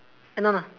eh no no